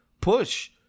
push